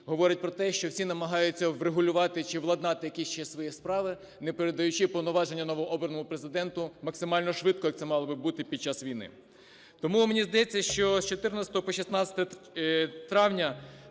говорить про те, що всі намагаються врегулювати чи владнати якісь ще свої справи, не передаючи повноваження новообраному Президенту максимально швидко, як це мало би бути під час війни. Тому мені здається, що з 14-го по 16 травня